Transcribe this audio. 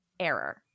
error